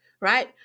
right